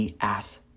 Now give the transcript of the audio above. ass